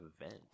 event